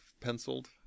penciled